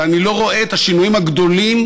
ואני לא רואה את השינויים הגדולים,